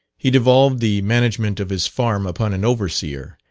he devolved the management of his farm upon an overseer,